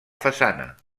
façana